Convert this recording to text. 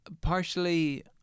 partially